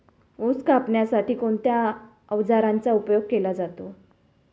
ऊस कापण्यासाठी कोणत्या अवजारांचा उपयोग केला जातो?